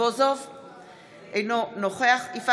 אינו נוכח יואל רזבוזוב,